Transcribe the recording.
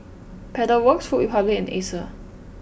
Pedal Works Food Republic and Acer